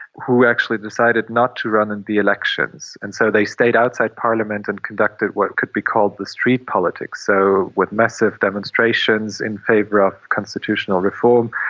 who actually decided not to run in the elections. and so they stayed outside parliament and conducted what could be called the street politics, so with massive demonstrations in favour of constitutional reform.